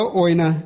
oina